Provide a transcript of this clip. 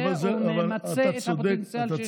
או ממצה את הפוטנציאל שיש לו.